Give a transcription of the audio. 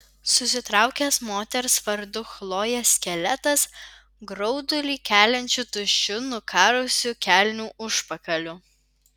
susitraukęs moters vardu chlojė skeletas graudulį keliančiu tuščiu nukarusiu kelnių užpakaliu